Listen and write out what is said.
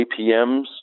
APMs